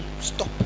stop